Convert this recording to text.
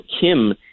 Kim